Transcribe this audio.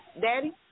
daddy